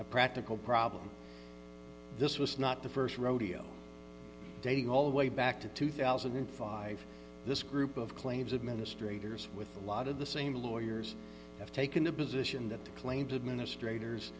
a practical problem this was not the st rodeo dating all the way back to two thousand and five this group of claims administrators with a lot of the same lawyers have taken the position that the claims administrator